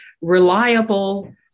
reliable